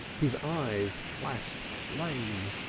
his eyes flashed flame.